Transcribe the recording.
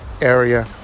area